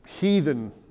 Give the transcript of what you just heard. heathen